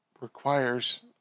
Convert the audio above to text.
requires